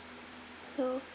so